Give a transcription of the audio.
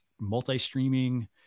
multi-streaming